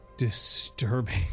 disturbing